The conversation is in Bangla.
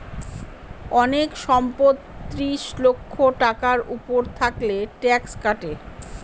অনেক সম্পদ ত্রিশ লক্ষ টাকার উপর থাকলে ট্যাক্স কাটে